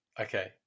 Okay